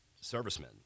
servicemen